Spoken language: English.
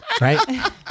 right